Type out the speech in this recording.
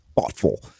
thoughtful